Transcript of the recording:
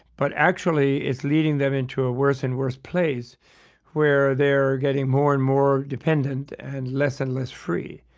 but actually, it's leading them into a worse and worse place where they're getting more and more dependent and less and less free.